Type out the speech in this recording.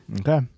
Okay